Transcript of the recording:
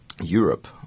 Europe